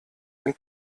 ein